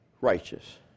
righteous